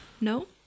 No